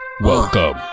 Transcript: Welcome